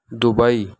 Dubai